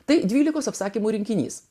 tai dvylikos apsakymų rinkinys